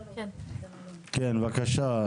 כן, בבקשה.